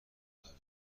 دارم